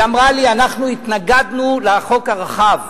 היא אמרה לי: אנחנו התנגדנו לחוק הרחב,